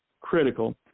critical